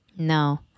No